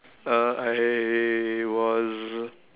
uh I was